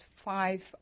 five